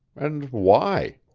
and why?